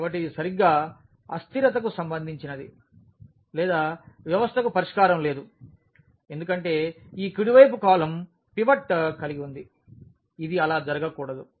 కాబట్టి ఇది సరిగ్గా అస్థిరతకు సంబంధించినది లేదా వ్యవస్థకు పరిష్కారం లేదు ఎందుకంటే ఈ కుడివైపు కాలమ్ పివట్ కలిగి ఉంది ఇది అలా జరగకూడదు